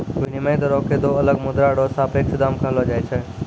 विनिमय दरो क दो अलग मुद्रा र सापेक्ष दाम कहलो जाय छै